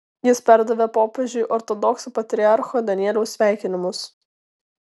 jis perdavė popiežiui ortodoksų patriarcho danieliaus sveikinimus